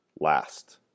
last